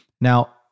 Now